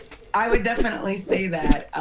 i would definitely say that.